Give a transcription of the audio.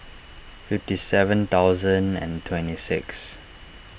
fifty seven thousand and twenty six